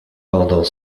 pendant